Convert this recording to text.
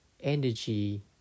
energy